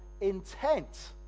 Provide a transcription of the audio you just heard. intent